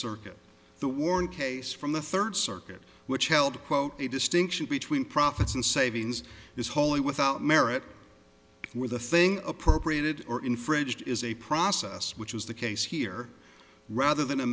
circuit the worn case from the third circuit which held quote a distinction between profits and savings is wholly without merit where the thing appropriated or infringed is a process which is the case here rather than a